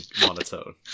monotone